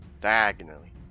Diagonally